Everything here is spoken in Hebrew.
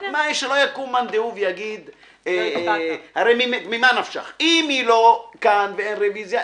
שלא יקום מאן דהוא ויגיד - הרי אם היא לא כאן ואין רביזיה,